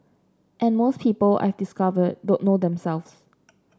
and most people I've discovered don't know themselves